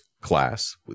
Class